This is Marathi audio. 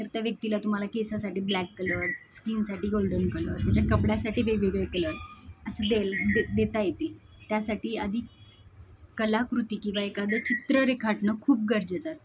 तर त्या व्यक्तीला तुम्हाला केसासाठी ब्लॅक कलर स्कीनसाठी गोल्डन कलर त्याच्या कपड्यासाठी वेगवेगळे कलर असं देईल दे देता येते त्यासाठी आधी कलाकृती किंवा एखादं चित्र रेखाटणं खूप गरजेचं असतं